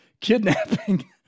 kidnapping